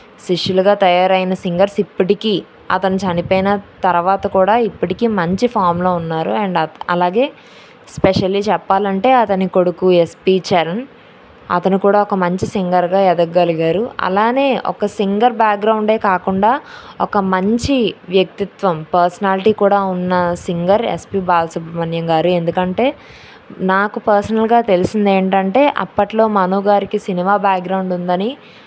శిష్యులుగా తయారైన సింగర్స్ ఇప్పటికీ అతను చనిపోయిన తరువాత కూడా ఇప్పటికీ మంచి ఫామ్లో ఉన్నారు అండ్ అలాగే ఎస్పెషల్లీ చెప్పాలి అంటే అతని కొడుకు ఎస్పి చరణ్ అతను కూడా ఒక మంచి సింగర్గా ఎదగగలిగారు అలానే ఒక సింగర్ బ్యాగ్రౌండే కాకుండా ఒక మంచి వ్యక్తిత్వం పార్సనాలిటీ కూడా ఉన్న సింగర్ ఎస్పి బాలసుబ్రమణ్యం గారు ఎందుకంటే నాకు పర్సనల్గా తెలిసింది ఏంటంటే అప్పట్లో మనో గారికి సినిమా బ్యాక్గ్రౌండ్ ఉందని